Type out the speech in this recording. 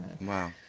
Wow